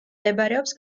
მდებარეობს